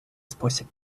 спосіб